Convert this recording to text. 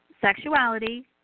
sexuality